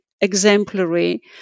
exemplary